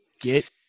get